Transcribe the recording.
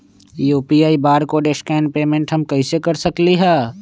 UPI barcode scan payment हम कईसे कर सकली ह?